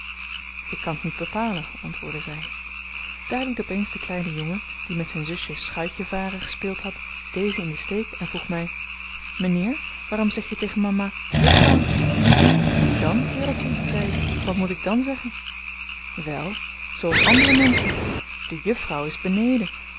ik kan t niet bepalen antwoordde zy daar liet op eens de kleine jongen die met zyn zusje schuitjevaren gespeeld had deze in den steek en vroeg my m'nheer waarom zeg je tegen mama juffrouw hoe dan kereltje zei ik wat moet ik dan zeggen wel zooals andere menschen de juffrouw is beneden